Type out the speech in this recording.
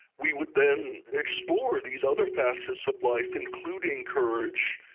we would then explore these other facets of life including courage,